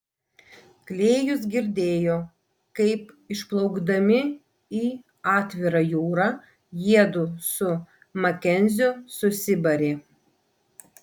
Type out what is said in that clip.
klėjus girdėjo kaip išplaukdami į atvirą jūrą jiedu su makenziu susibarė